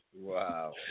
Wow